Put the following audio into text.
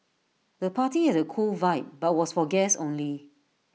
the party had A cool vibe but was for guests only